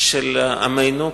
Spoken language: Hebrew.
של עמנו,